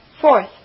Fourth